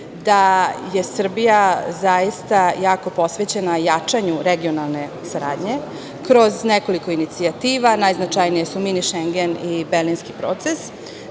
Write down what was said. da je Srbija zaista jako posvećena jačanju regionalne saradnje, kroz nekoliko inicijativa, najznačajnije su mini Šengen i Berlinski proces,